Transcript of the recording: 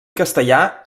castellà